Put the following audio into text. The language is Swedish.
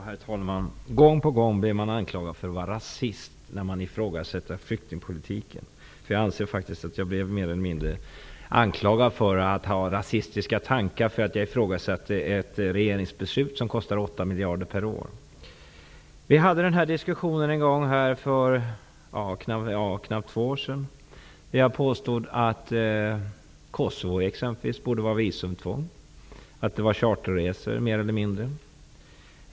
Herr talman! Gång på gång blir man anklagad för att vara rasist, när man ifrågasätter flyktingpolitiken. Jag anser faktiskt att jag blev mer eller mindre anklagad för att ha rasistiska tankar för att jag ifrågasatte ett regeringsbeslut som kostar 8 miljarder per år. För knappt två år sedan förde vi en diskussion där jag sade att det borde vara visumtvång för personer från Kosovo, att det var charterresor mer eller mindre.